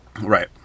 Right